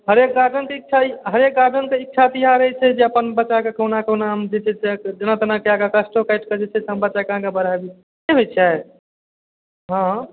हरेक गार्जियनके इच्छा ई हरेक गार्जियनके इच्छा तऽ इएह रहै छै जे अपन बच्चाकेँ कहुना कहुना हम जे छै से जेना तेना कए कए कऽ कष्टो काटि कऽ जे छै से हम आगाँ बढ़ाबी ठीक छै हँ